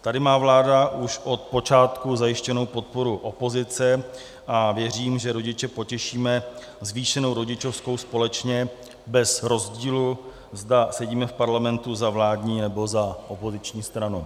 Tady má vláda už od počátku zajištěnou podporu opozice a věřím, že rodiče potěšíme zvýšenou rodičovskou společně bez rozdílu, zda sedíme v parlamentu za vládní, nebo za opoziční stranu.